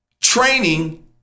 training